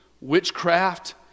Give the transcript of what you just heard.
witchcraft